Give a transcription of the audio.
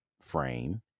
frame